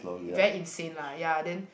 very insane lah ya then